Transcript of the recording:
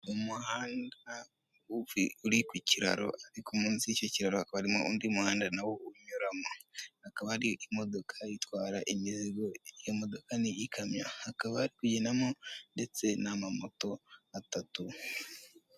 Umuhanda uri ku kiraro ariko munsi' yi icyo kiraro hakaba harimo undi muhanda nawo unyuramo. Hakaba hari imodoka itwara imizigo iyo imodoka ni ikamyo, hakaba hari kugendamo n'amamoto atatu.